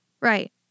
Right